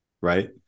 right